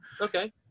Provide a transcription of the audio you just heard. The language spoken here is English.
Okay